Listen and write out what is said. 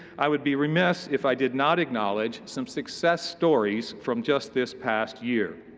i would be remiss if i did not acknowledge some success stories from just this past year.